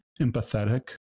empathetic